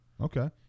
Okay